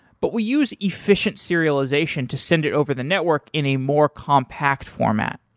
but we use efficient serialization to send it over the network in a more compact format.